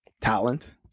talent